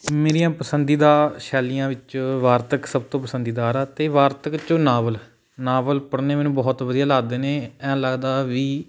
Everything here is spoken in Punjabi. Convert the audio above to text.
ਮੇਰੀਆਂ ਪਸੰਦੀਦਾ ਸ਼ੈਲੀਆਂ ਵਿੱਚ ਵਾਰਤਕ ਸਭ ਤੋਂ ਪਸੰਦੀਦਾਰ ਆ ਅਤੇ ਵਾਰਤਕ 'ਚੋਂ ਨਾਵਲ ਨਾਵਲ ਪੜ੍ਹਨੇ ਮੈਨੂੰ ਬਹੁਤ ਵਧੀਆ ਲੱਗਦੇ ਨੇ ਐਂ ਲੱਗਦਾ ਵੀ